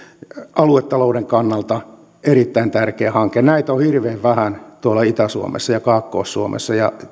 aluetalouden kannalta erittäin tärkeä hanke näitä on hirveän vähän itä suomessa ja kaakkois suomessa ja